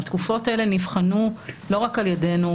התקופות האלה נבחנו לא רק על ידינו,